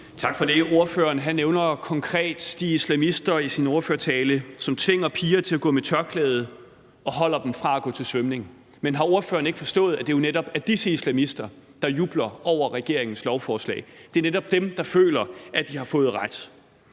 Tak for det. Ordføreren nævner i sin ordførertale konkret de islamister, som tvinger piger til at gå med tørklæde og holder dem fra at gå til svømning. Men har ordføreren ikke forstået, at det jo netop er disse islamister, der jubler over regeringens lovforslag? Det er netop dem, der føler, at de har fået ret.